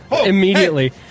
immediately